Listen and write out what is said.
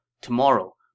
Tomorrow